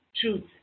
truth